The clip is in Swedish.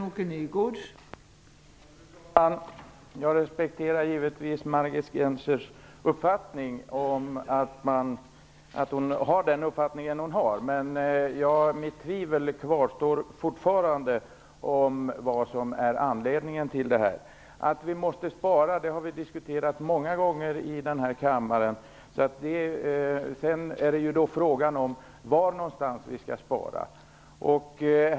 Fru talman! Jag respekterar givetvis Margit Gennsers uppfattning, men mitt tvivel kvarstår fortfarande om vad som är anledningen. Att vi måste spara har vi diskuterat många gånger i denna kammare. Det är bara fråga om var man skall spara.